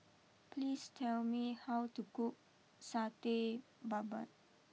please tell me how to cook Satay Babat